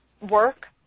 work